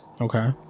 Okay